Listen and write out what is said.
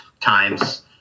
times